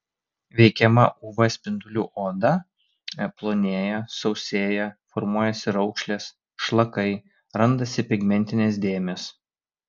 veikiama uv spindulių odą plonėja sausėja formuojasi raukšlės šlakai randasi pigmentinės dėmės